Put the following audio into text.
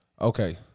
Okay